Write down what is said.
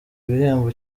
ibihembo